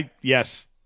yes